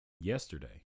yesterday